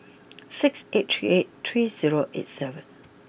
six eight three eight three zero eight seven